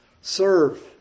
serve